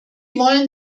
wollen